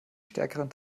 stärkeren